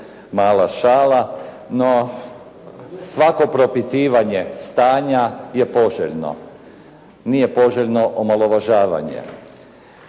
mala šala, no svako propitivanje stanja je poželjno. Nije poželjno omalovažavanje.